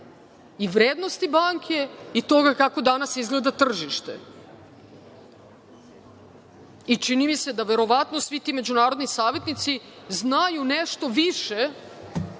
i vrednosti banke i toga kako danas izgleda tržište. Čini mi se da verovatno svi ti međunarodni savetnici znaju nešto više